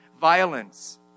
violence